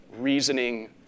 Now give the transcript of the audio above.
reasoning